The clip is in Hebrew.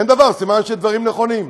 אין דבר, סימן שהדברים נכונים.